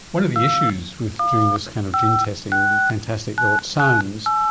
one of the issues with doing this kind of gene testing, fantastic though it sounds,